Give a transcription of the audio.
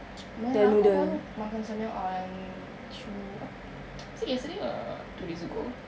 man aku baru makan Samyang on tues~ is it yesterday or two days ago